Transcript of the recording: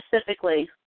specifically